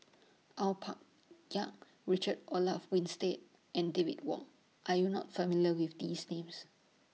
Au Pak Ya Richard Olaf Winstedt and David Wong Are YOU not familiar with These Names